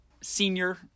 senior